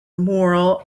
moral